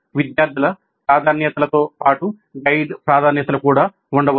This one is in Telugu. విద్యార్థుల ప్రాధాన్యతలతో పాటు గైడ్ ప్రాధాన్యతలు కూడా ఉండవచ్చు